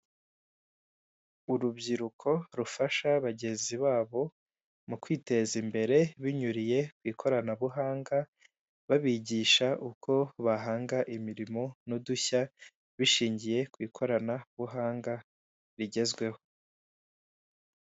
Urubyiruko rufasha bagenzi babo mu kwiteza imbere binyuriye mu ikoranabuhanga, babigisha uko bahanga imirimo n'udushya bishingiye ku ikoranabuhanga rigezweho.